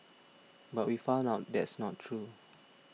but we found out that's not true